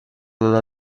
una